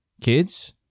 Kids